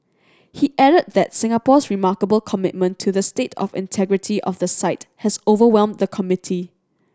he added that Singapore's remarkable commitment to the state of integrity of the site has overwhelmed the committee